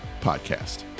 podcast